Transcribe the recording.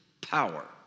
power